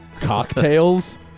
cocktails